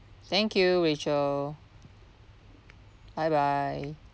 thank you rachel bye bye